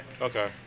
Okay